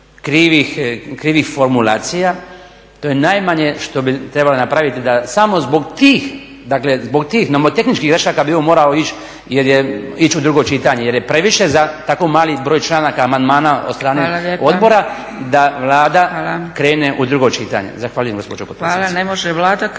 krivih formulacija, to je najmanje što bi trebalo napraviti da samo zbog tih, zbog tih nomotehničkih grešaka bi on morao ići u drugo čitanje jer je previše za tako mali broj članaka, amandmana od strane odbora da Vlada krene u drugo čitanje. Zahvaljujem gospođo potpredsjednice.